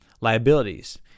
liabilities